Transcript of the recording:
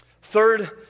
Third